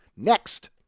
next